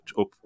up